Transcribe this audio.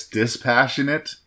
dispassionate